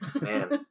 Man